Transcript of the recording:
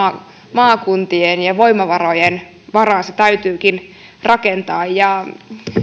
maakuntien ja voimavarojen varaan se täytyykin rakentaa ja